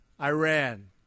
Iran